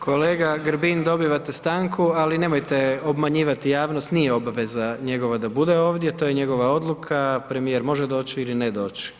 Kolega Grbin dobivate stanku, ali nemojte obmanjivati javnost, nije obveza njegova da bude ovdje, to je njegova odluka, premjer može doći a ili ne doći.